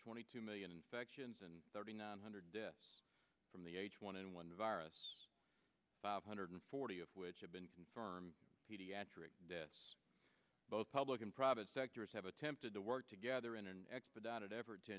twenty two million infections and thirty nine hundred deaths from the h one n one virus five hundred forty of which i've been confirmed pediatric deaths both public and private sectors have attempted to work together in an expedited effort to